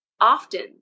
often